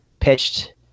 Pitched